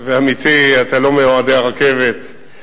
ואמיתי אתה לא מאוהדי הרכבת,